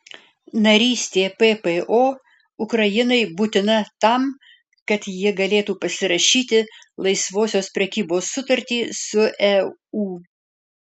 narystė ppo ukrainai būtina tam kad ji galėtų pasirašyti laisvosios prekybos sutartį su eu